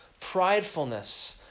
pridefulness